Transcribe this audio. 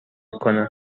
کنه